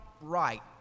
right